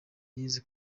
yize